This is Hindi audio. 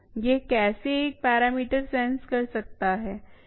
यह कैसे एक पैरामीटर सेंस कर सकता है